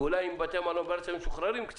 ואולי אם בתי המלון בארץ היו קצת משוחררים,